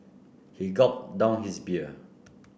he gulped down his beer